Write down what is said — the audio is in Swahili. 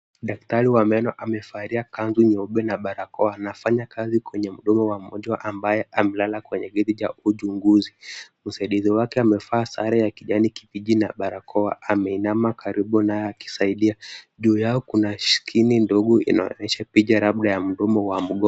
Daktari wa meno amevalia kanzu nyeupe na barakoa anafanya kazi kwenye mdomo wa mgonjwa ambaye amelala kwenye kiti cha uchunguzi. Msaidizi wake amevaa sare ya kijani kibichi na barakoa ameinama karibu naye akisaidia. Juu yao kuna skrini ndogo inaonyesha picha labda ya mdomo wa mgonjwa.